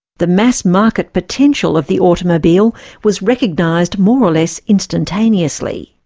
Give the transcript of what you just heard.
the mass market potential of the automobile was recognised more or less instantaneously.